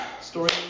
Story